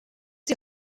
die